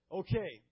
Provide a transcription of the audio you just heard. okay